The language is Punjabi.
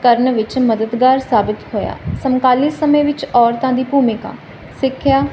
ਕਰਨ ਵਿੱਚ ਮਦਦਗਾਰ ਸਾਬਿਤ ਹੋਇਆ ਸਮਕਾਲੀ ਸਮੇਂ ਵਿੱਚ ਔਰਤਾਂ ਦੀ ਭੂਮਿਕਾ ਸਿੱਖਿਆ ਆਜ਼ਾਦੀ ਨੇ